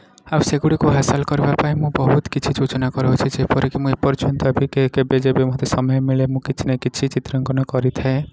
ଆଉ ସେଗୁଡ଼ିକୁ ହାସଲ କରିବାପାଇଁ ମୁଁ ବହୁତ କିଛି ଯୋଜନା କରୁଅଛି ଯେପରିକି ମୁଁ ଏପର୍ଯ୍ୟନ୍ତ ମୁଁ କେବେ ଯେବେ ସମୟ ମିଳେ ମୁଁ କିଛି ନା କିଛି ଚିତ୍ରାଙ୍କନ କରିଥାଏ